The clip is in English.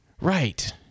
Right